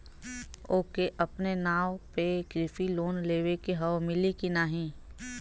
ओके अपने नाव पे कृषि लोन लेवे के हव मिली की ना ही?